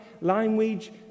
language